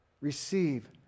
Receive